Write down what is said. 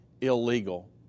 illegal